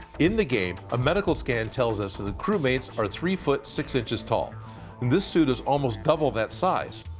in the game a medical scan tells us the crew mates are three feet six inches tall. and this suit is almost double that size,